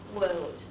world